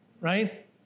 right